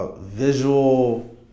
visual